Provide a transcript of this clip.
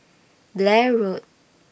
Blair Road